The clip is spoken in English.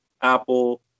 Apple